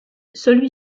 celui